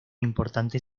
importante